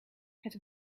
het